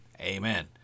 Amen